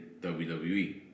WWE